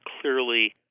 clearly